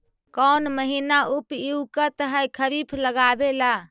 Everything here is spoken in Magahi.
कौन महीना उपयुकत है खरिफ लगावे ला?